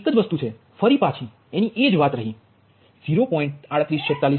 ફરી પાછી એની એ જ વાત અહી 0